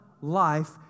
life